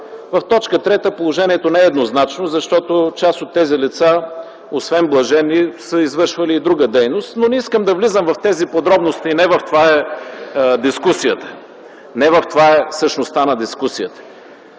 В т. 3 положението не е еднозначно, защото част от тези лица, освен блаженни, са извършвали и друга дейност, но не искам да влизам в тези подробности, не в това е същността на дискусията.